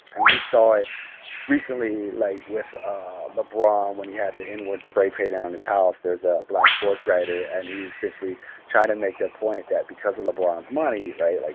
and we saw it recently, like, with ah lebron when he had the n-word spray painted on his house. there's a black sportswriter. and he's essentially trying to make the point that because of lebron's money right? like,